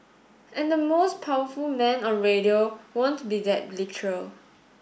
and the most powerful man on radio won't be that literal